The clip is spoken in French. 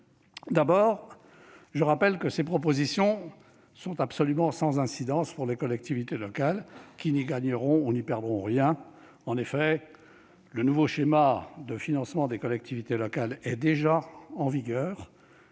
d'abord, je rappelle que ces propositions sont absolument sans incidence pour les collectivités locales, qui n'y gagneront ou n'y perdront rien. En effet, le nouveau schéma de financement des collectivités locales est déjà en vigueur